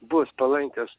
bus palankios